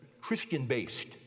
Christian-based